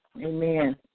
Amen